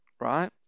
right